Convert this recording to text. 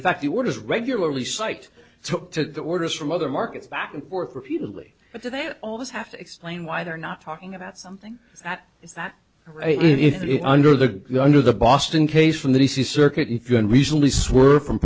in fact the orders regularly site took their orders from other markets back and forth repeatedly but they always have to explain why they're not talking about something that is that right if under the under the boston case from the d c circuit if you can reasonably swerve from